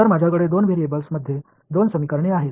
तर माझ्याकडे दोन व्हेरिएबल्स मध्ये दोन समीकरणे आहेत